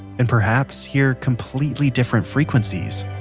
and perhaps hear completely different frequencies